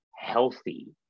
healthy